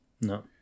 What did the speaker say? No